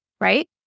right